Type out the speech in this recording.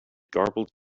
garbled